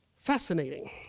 fascinating